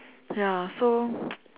ya so